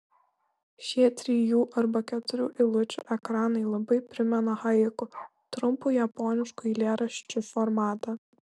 šie trijų arba keturių eilučių ekranai labai primena haiku trumpų japoniškų eilėraščių formatą